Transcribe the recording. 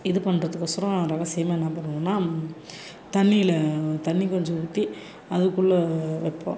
இது பண்ணுறதுக் கொசரம் ரகசியமாக என்ன பண்ணுவோன்னா தண்ணியில் தண்ணி கொஞ்சம் ஊற்றி அதுக்குள்ள வைப்போம்